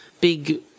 big